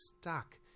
stuck